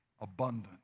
abundant